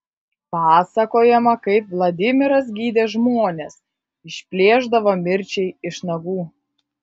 pasakojama kaip vladimiras gydė žmones išplėšdavo mirčiai iš nagų